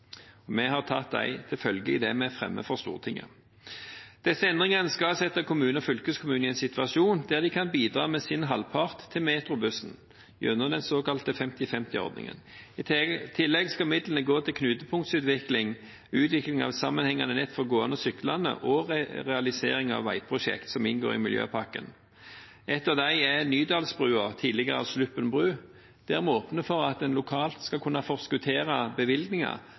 foreslås. Vi har tatt dem til følge i det vi fremmer for Stortinget. Disse endringene skal sette kommunen og fylkeskommunen i en situasjon der de kan bidra med sin halvpart til MetroBuss gjennom den såkalte 50/50-ordningen. I tillegg skal midlene gå til knutepunktutvikling, utvikling av sammenhengende nett for gående og syklende og realisering av veiprosjekter som inngår i miljøpakken. Ett av dem er Nydalsbrua, tidligere Sluppen bru, der vi åpner for at en lokalt skal kunne forskottere bevilgninger,